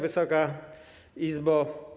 Wysoka Izbo!